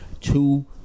two